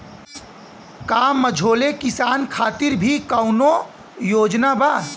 का मझोले किसान खातिर भी कौनो योजना बा?